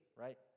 Right